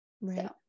Right